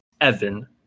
evan